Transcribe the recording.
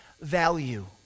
value